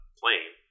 plane